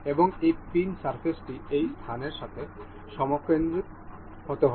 এবং এই pin surface টি এই স্থানের সাথে সমকেন্দ্রিক হতে হবে